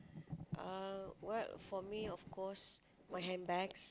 uh what for me of course my handbags